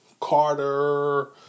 Carter